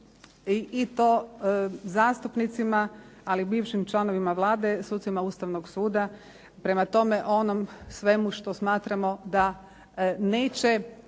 i to zastupnicima, ali i bivšim članovima Vlade, sucima Ustavnog suda, prema tome onom svemu što smatramo da neće